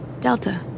Delta